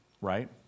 right